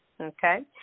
okay